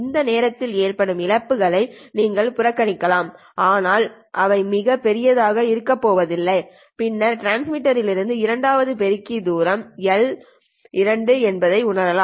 இந்த நேரத்தில் ஏற்படும் இழப்புகளை நீங்கள் புறக்கணிக்கலாம் அவை மிகப் பெரியதாக இருக்கப் போவதில்லை பின்னர் டிரான்ஸ்மிட்டரிலிருந்து இரண்டாவது பெருக்கி தூரம் Lax2 என்பதை உணரலாம்